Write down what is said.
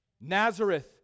Nazareth